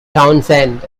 townsend